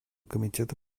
комитета